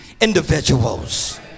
individuals